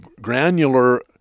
granular